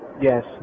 Yes